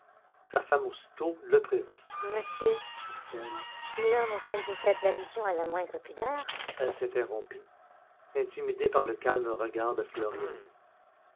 sa femme aussitôt le prévint monsieur dit-elle si l'homme auquel vous faites allusion a la moindre pudeur elle s'interrompit intimidée par le calme regard de floriani